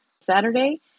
Saturday